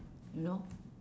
you know